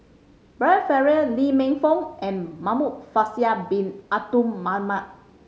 Brian Farrell Lee Man Fong and Muhamad Faisal Bin Abdul Manap